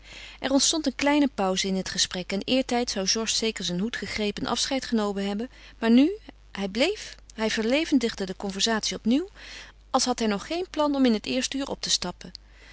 er ontstond een kleine pauze in het gesprek en eertijds zou georges zeker zijn hoed gegrepen en afscheid genomen hebben maar nu hij bleef hij verlevendigde de conversatie opnieuw als had hij nog geen plan om in het eerste uur op te stappen